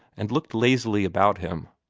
and looked lazily about him,